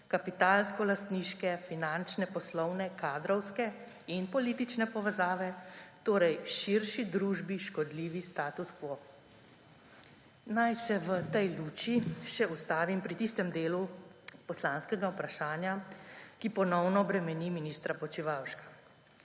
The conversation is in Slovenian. kapitalskolastniške, finančne, poslovne, kadrovske in politične povezave, torej širši družbi škodljivi status quo. Naj se v tej luči še ustavim pri tistem delu poslanskega vprašanja, ki ponovno bremeni ministra Počivalška.